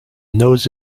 nose